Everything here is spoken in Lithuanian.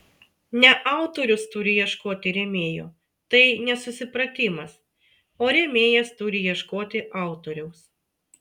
ne autorius turi ieškoti rėmėjo tai nesusipratimas o rėmėjas turi ieškoti autoriaus